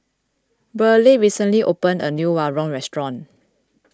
Burleigh recently opened a new Rawon Restaurant